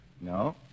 No